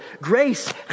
Grace